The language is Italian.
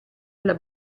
alla